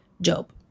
Job